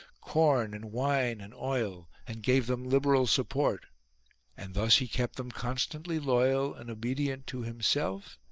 corn and wine and oil, and gave them liberal support and thus he kept them constantly loyal and obedient to himself,